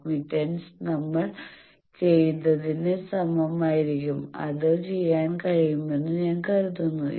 assignment നമ്മൾ ചെയ്തതിന് സമാനമായിരിക്കും അത് ചെയ്യാൻ കഴിയുമെന്ന് ഞാൻ കരുതുന്നു